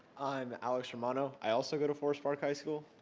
i'm alex romano, i also go to forest park high school.